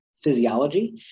physiology